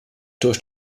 durch